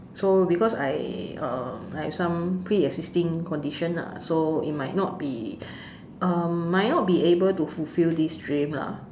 so because I um have some pre existing condition lah so it might not be um might not be able to fulfill this dream lah